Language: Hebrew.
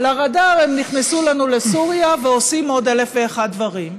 לרדאר הם נכנסו לנו לסוריה ועושים עוד אלף ואחד דברים.